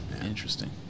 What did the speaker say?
interesting